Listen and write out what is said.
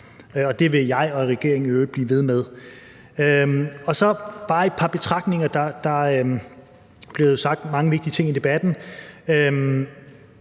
det vil jeg og regeringen i øvrigt blive ved med. Så har jeg bare et par betragtninger. Der er blevet sagt mange vigtige ting i debatten,